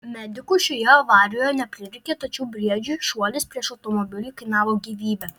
medikų šioje avarijoje neprireikė tačiau briedžiui šuolis prieš automobilį kainavo gyvybę